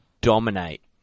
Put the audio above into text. dominate